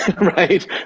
right